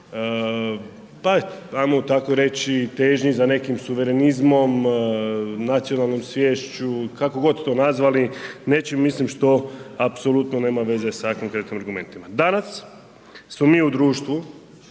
pa ajmo tako reći, težnji za nekim suverenizmom, nacionalnom sviješću, kako god to nazvali nečim, mislim što apsolutno nema veze sa ovakvim …/Govornik se ne razumije/… argumentima. Danas smo mi u društvu